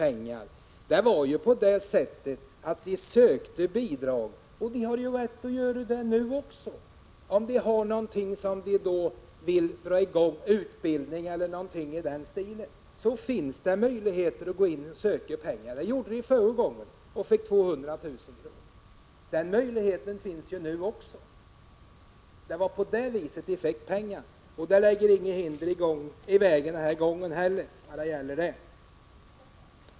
Förbundet har ju tidigare ansökt om bidrag, och om det är fråga om att dra i gång t.ex. någon form av utbildning, har förbundet möjlighet att ansöka om bidrag också nu. Förra gången förbundet ansökte fick det 200 000 kr. Det är inget som hindrar att förbundet ansöker om pengar på samma sätt som tidigare.